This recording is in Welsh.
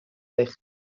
eich